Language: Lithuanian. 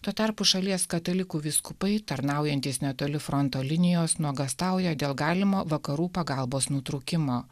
tuo tarpu šalies katalikų vyskupai tarnaujantys netoli fronto linijos nuogąstauja dėl galimo vakarų pagalbos nutrūkimo